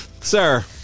sir